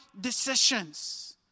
decisions